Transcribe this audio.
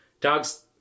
dogs